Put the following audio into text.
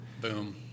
Boom